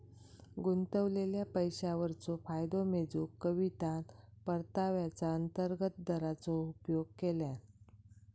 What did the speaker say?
गुंतवलेल्या पैशावरचो फायदो मेजूक कवितान परताव्याचा अंतर्गत दराचो उपयोग केल्यान